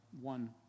one